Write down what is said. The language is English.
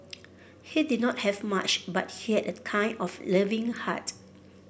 he did not have much but he had a kind of loving heart